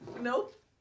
nope